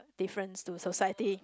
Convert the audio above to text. difference to society